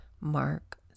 Mark